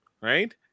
right